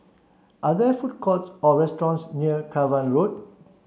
are there food courts or restaurants near Cavan Road